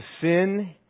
sin